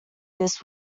this